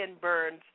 Burns